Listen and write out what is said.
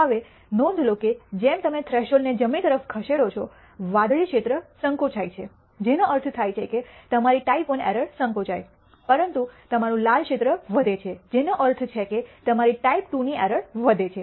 હવે નોંધ લો કે જેમ તમે થ્રેશોલ્ડને જમણી તરફ ખસેડો છો વાદળી ક્ષેત્ર સંકોચો થાય છે જેનો અર્થ થાય છે કે તમારી ટાઈપ I એરર સંકોચાઇ પરંતુ તમારું લાલ ક્ષેત્ર વધે છે જેનો અર્થ છે કે તમારી ટાઈપ II ની એરર વધે છે